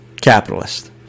capitalist